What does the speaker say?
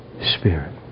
Spirit